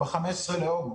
ב-15 באוגוסט.